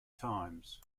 times